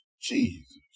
jesus